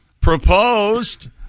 proposed